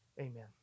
amen